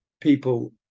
people